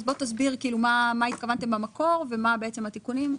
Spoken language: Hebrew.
אז בוא תסביר מה התכוונתם במקור ומה התיקונים.